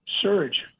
surge